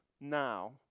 now